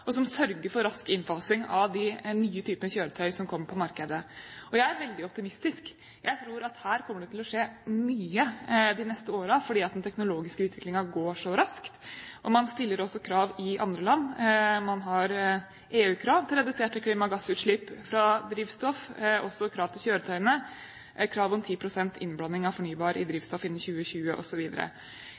og som sørger for rask innfasing av de nye typer kjøretøy som kommer på markedet. Og jeg er veldig optimistisk. Jeg tror at her kommer det til å skje mye de neste årene, fordi den teknologiske utviklingen går så raskt. Og man stiller også krav i andre land. Man har EU-krav til reduserte klimagassutslipp fra drivstoff, og også krav til kjøretøyene, krav om 10 pst. innblanding av fornybar i drivstoff innen 2020